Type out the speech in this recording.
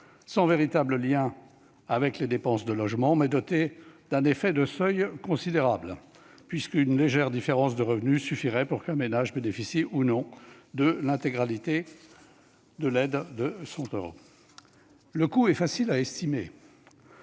sans véritable lien avec les dépenses de logement, mais dotée d'un effet de seuil considérable, puisqu'une légère différence de revenus suffirait pour qu'un ménage bénéficie, ou non, de l'intégralité de l'aide de 100 euros. Le coût est facile à estimer